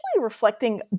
reflecting